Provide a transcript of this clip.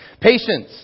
Patience